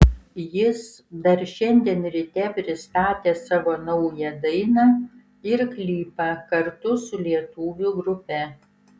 jis dar šiandien ryte pristatė savo naują dainą ir klipą kartu su lietuvių grupe